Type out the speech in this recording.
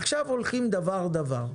עכשיו הולכים דבר-דבר.